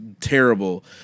terrible